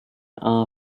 our